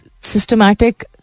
systematic